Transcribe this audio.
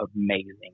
amazing